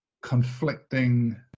conflicting